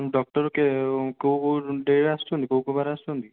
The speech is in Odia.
ଡକ୍ଟର କେ କେଉଁ କେଉଁ ଡେ'ରେ ଆସୁଛନ୍ତି କେଉଁ କେଉଁ ବାର ଆସୁଛନ୍ତି